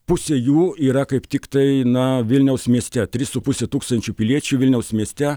pusė jų yra kaip tiktai na vilniaus mieste trys su puse tūkstančių piliečių vilniaus mieste